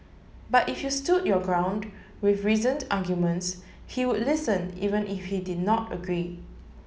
but if you stood your ground with reasoned arguments he listened even if he did not agree